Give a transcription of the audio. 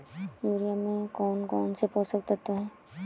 Urea में कौन कौन से पोषक तत्व है?